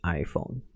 iPhone